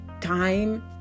time